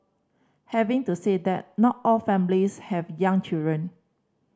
having to say that not all families have young children